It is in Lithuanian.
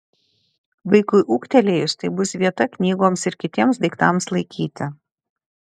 vaikui ūgtelėjus tai bus vieta knygoms ir kitiems daiktams laikyti